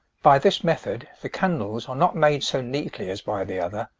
by this method, the candles are not made so neatly as by the other,